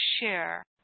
share